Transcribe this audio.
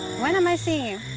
when am i seeing you?